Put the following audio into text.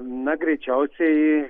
na greičiausiai